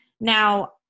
Now